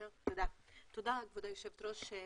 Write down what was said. תודה כבוד היושבת ראש,